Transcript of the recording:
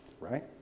Right